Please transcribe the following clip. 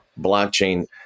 Blockchain